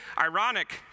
ironic